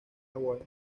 hawaii